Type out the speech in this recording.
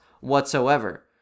whatsoever